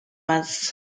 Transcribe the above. was